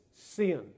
sin